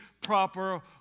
proper